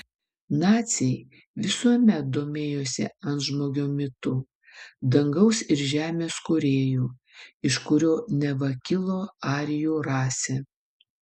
naciai visuomet domėjosi antžmogio mitu dangaus ir žemės kūrėju iš kurio neva kilo arijų rasė